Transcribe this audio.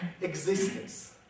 existence